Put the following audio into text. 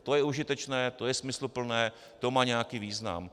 To je užitečné, to je smysluplné, to má nějaký význam.